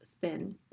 thin